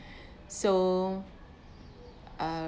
so uh